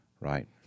Right